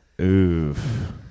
Oof